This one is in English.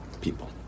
people